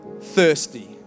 Thirsty